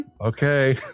okay